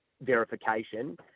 verification